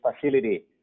facility